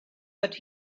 but